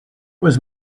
was